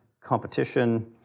Competition